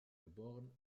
geboren